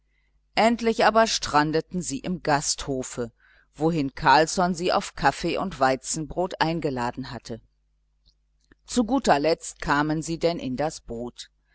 endlich aber strandeten sie im gasthofe wohin carlsson sie auf kaffee und weizenbrot eingeladen hatte zu guter letzt kamen sie denn in das boot